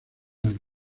del